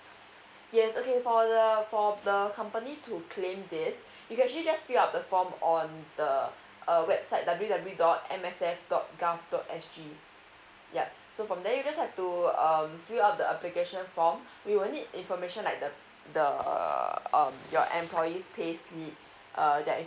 yes okay for the for the company to claim this you can actually just fill up the form on the uh website w w w dot M S F dot g o v dot s g yup so from there you just have to um fill up the application form we will need information like the the uh your employees pay slip uh that